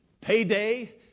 Payday